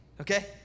okay